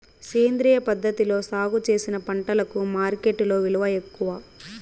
సేంద్రియ పద్ధతిలో సాగు చేసిన పంటలకు మార్కెట్టులో విలువ ఎక్కువ